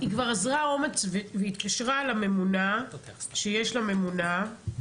היא כבר אזרה אומץ והתקשרה לממונה, כשיש לה ממונה,